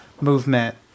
movement